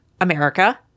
America